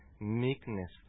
meekness